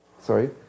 sorry